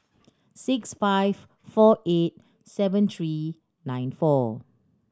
six five four eight seven three nine four